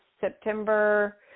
September